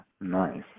nice